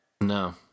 No